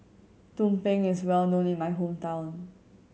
tumpeng is well known in my hometown